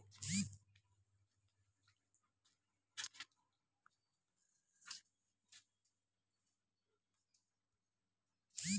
राष्ट्रीय बीमा केर अधिनियम उन्नीस सौ ग्यारह में आनल गेल रहे